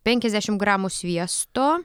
penkiasdešimt gramų sviesto